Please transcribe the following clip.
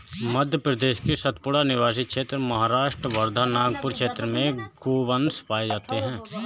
मध्य प्रदेश के सतपुड़ा, सिवनी क्षेत्र, महाराष्ट्र वर्धा, नागपुर क्षेत्र में गोवंश पाये जाते हैं